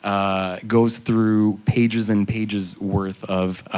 ah goes through pages and pages worth of, ah,